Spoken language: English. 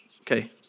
Okay